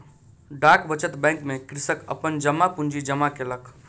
डाक बचत बैंक में कृषक अपन जमा पूंजी जमा केलक